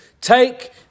take